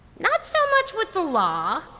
not so much with the law,